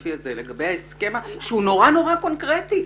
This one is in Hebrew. הספציפי הזה בהסכם שהוא נורא נורא קונקרטי.